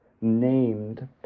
named